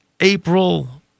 April